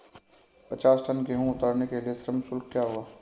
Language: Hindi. पचास टन गेहूँ उतारने के लिए श्रम शुल्क क्या होगा?